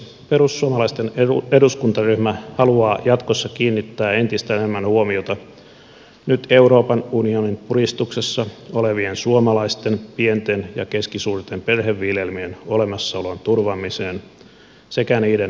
perussuomalaisten eduskuntaryhmä haluaa jatkossa kiinnittää entistä enemmän huomiota nyt euroopan unionin puristuksissa olevien suomalaisten pienten ja keskisuurten perheviljelmien olemassaolon turvaamiseen sekä niiden kannattavuuden parantamiseen